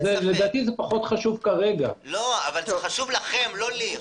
זה חשוב לכם, לא לי.